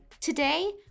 Today